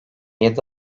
yedi